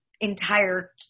entire